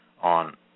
on